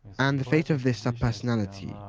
and the fate of this subpersonality,